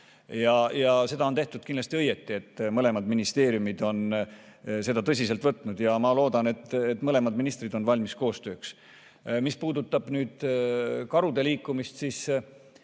Seda on tehtud kindlasti õigesti, mõlemad ministeeriumid on seda tõsiselt võtnud ja ma loodan, et mõlemad ministrid on valmis koostööks. Mis puudutab nüüd karude liikumist, siis